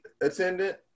attendant